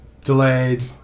Delayed